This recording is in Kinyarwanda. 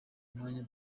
umwanya